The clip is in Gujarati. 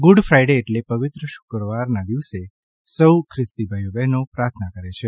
ગુડ ફાઇડે એટલે કે પવિત્ર શુક્રવારના દિવસે સૌ ખ્રિસ્તી ભાઈ બહેનો પ્રાર્થના કરે છે